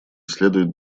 следует